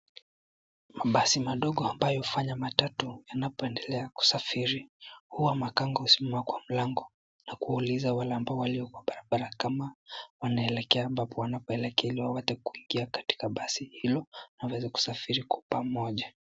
Mabasi madogo ambayo hufanya matatu yanapo endelea kusafiri huwa makanga husimama kwa mlango na kuiliza wale ambao walioko barabarani kama wanaelekea ambapo waeleke waweze kuingia katika basi hilo waweze kusafiri kwa pamoja.